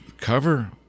cover